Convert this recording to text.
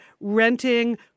renting